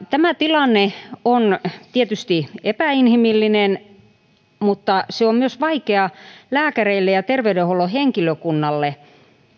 tämä tilanne on tietysti epäinhimillinen mutta se on myös vaikea lääkäreille ja terveydenhuollon henkilökunnalle